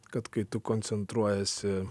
kad kai tu koncentruojiesi